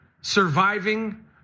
surviving